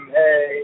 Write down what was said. hey